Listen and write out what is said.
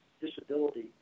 disability